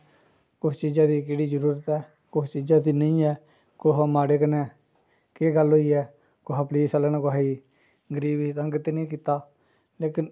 कुस चीज़ां दी केह्ड़ी जरूरत ऐ कुस चीज़ां दी नेईं ऐ कुहै माड़े कन्नै केह् गल्ल होई ऐ कुहै पुलिस आह्लै कुहै गरीब गी तंग ते निं कीता लेकिन